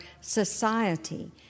society